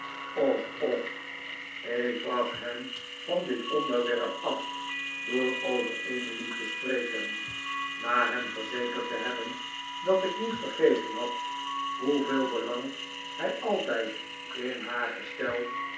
och och ik bracht hem van dit onderwerp af door over emily te spreken na hem verzekerd te hebben dat ik niet vergeten had hoeveel belang hij altijd in haar gesteld